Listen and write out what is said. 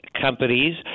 companies